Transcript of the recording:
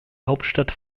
hauptstadt